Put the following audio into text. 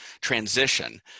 transition